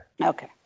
Okay